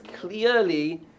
clearly